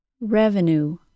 Revenue